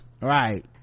right